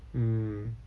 mm